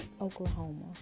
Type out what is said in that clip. Oklahoma